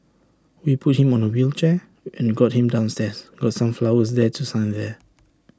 we put him on A wheelchair and got him downstairs got some flowers there to sign there